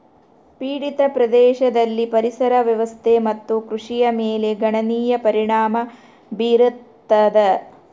ಪೀಡಿತ ಪ್ರದೇಶದಲ್ಲಿ ಪರಿಸರ ವ್ಯವಸ್ಥೆ ಮತ್ತು ಕೃಷಿಯ ಮೇಲೆ ಗಣನೀಯ ಪರಿಣಾಮ ಬೀರತದ